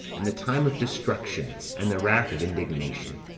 and the time of destruction, and the wrath of indignation